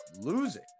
losing